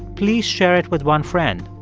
please share it with one friend.